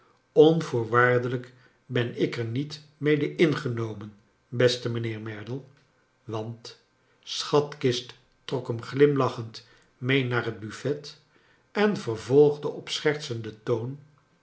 onvoorwaardelijk ben ik er niet mede ingenomen beste mijnheer merdle want schatkist trok hem glimlachend mee naar het buffet en vervolgde op schertsenden toon